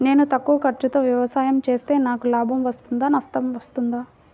నేను తక్కువ ఖర్చుతో వ్యవసాయం చేస్తే నాకు లాభం వస్తుందా నష్టం వస్తుందా?